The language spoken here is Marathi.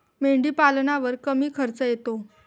मेंढीपालनावर कमी खर्च येतो